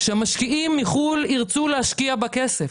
שהמשקיעים מחוץ לארץ ירצו להשקיע בה כסף,